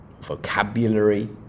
vocabulary